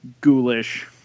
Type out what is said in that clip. ghoulish